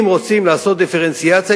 אם רוצים לעשות דיפרנציאציה,